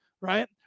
Right